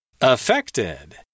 affected